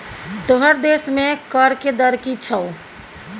तोहर देशमे कर के दर की छौ?